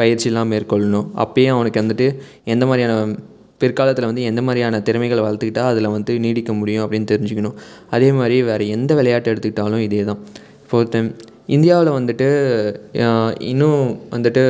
பயிற்சியெலாம் மேற்கொள்ளணும் அப்பயும் அவனுக்கு வந்துட்டு எந்தமாதிரியான பிற்காலத்தில் வந்து எந்த மாதிரியான திறமைகளை வளர்த்துக்கிட்டா அதில் வந்து நீடிக்க முடியும் அப்படின்னு தெரிஞ்சுக்கணும் அதேமாதிரி வேறு எந்த விளையாட்ட எடுத்துக்கிட்டாலும் இதேதான் இப்போ ஒருத்தன் இந்தியாவில் வந்துட்டு இன்னும் வந்துட்டு